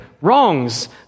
wrongs